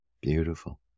Beautiful